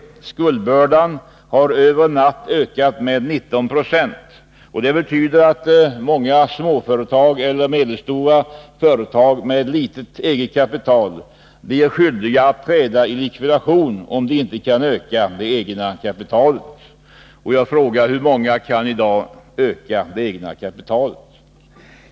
Skuldbördan har över en natt ökat med 19 96. Det betyder att många småföretag eller medelstora företag med litet eget kapital blir skyldiga att träda i likvidation, om de inte kan öka det egna kapitalet. Jag frågar: Hur många kan det i dag?